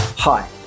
Hi